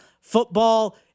football